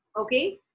okay